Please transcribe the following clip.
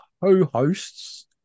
co-hosts